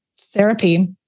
therapy